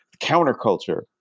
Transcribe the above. counterculture